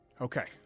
okay